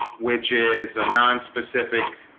which is a nonspecific?